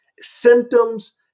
symptoms